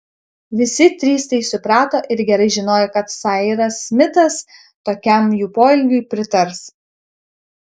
visi trys tai suprato ir gerai žinojo kad sairas smitas tokiam jų poelgiui pritars